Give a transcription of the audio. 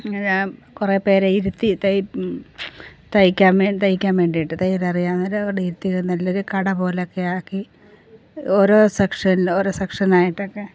അങ്ങനെ ഞാൻ കുറെ പേരെയിരുത്തി തയ്ക്കാമേ തയ്ക്കാൻ വേണ്ടീട്ട് തയ്യലറിയാവുന്നവരെ അവിടെ ഇരുത്തി നല്ലൊരു കട പോലൊക്കെയാക്കി ഓരോ സെക്ഷനിൽ ഓരോ സെക്ഷനായിട്ടൊക്കെ